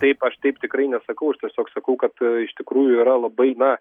taip aš taip tikrai nesakau aš tiesiog sakau kad iš tikrųjų yra labai na